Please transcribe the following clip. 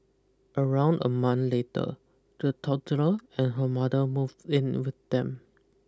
around a month later the toddler and her mother moved in with them